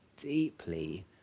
deeply